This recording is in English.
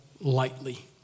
lightly